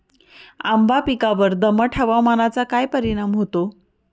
आंबा पिकावर दमट हवामानाचा काय परिणाम होतो?